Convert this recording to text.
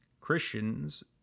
Christians